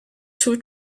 two